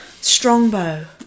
strongbow